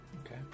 Okay